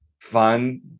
fun